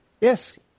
Yes